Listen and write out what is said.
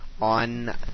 on